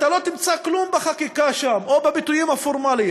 אתה לא תמצא כלום בחקיקה שם או בביטויים הפורמליים.